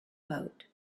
boat